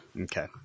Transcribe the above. Okay